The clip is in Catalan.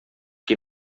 qui